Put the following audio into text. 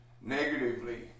negatively